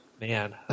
Man